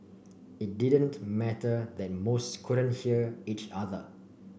it didn't matter that most couldn't hear each other